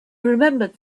remembered